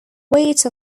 weight